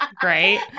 Great